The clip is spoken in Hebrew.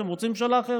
שהם רוצים ממשלה אחרת.